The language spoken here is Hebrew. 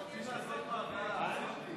אתם רוצים לעשות מעגל אהבה?